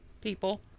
people